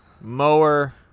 mower